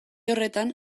horretan